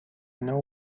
know